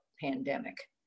pandemic